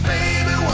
Baby